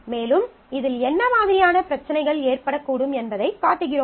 மேலும் இதில் என்ன மாதிரியான பிரச்சினைகள் ஏற்படக்கூடும் என்பதைக் காட்டுகிறோம்